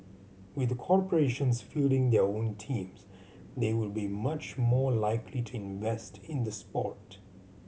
with corporations fielding their own teams they would be much more likely to invest in the sport